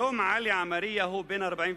היום עלי עמריה הוא בן 42,